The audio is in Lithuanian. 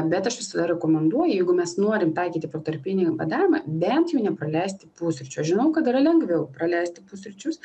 bet aš visada rekomenduoju jeigu mes norim taikyti protarpinį badavimą bent jau nepraleisti pusryčių aš žinau kad yra lengviau praleisti pusryčius